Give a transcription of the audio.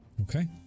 Okay